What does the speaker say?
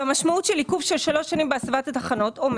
והמשמעות של עיכוב של שלוש שנים בהסבת התחנות אומר